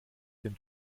den